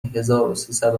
هزاروسیصد